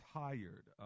tired